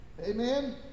Amen